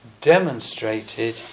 demonstrated